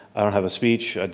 i don't have a speech, but